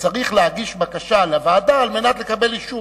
צריך להגיש בקשה לוועדה על מנת לקבל אישור.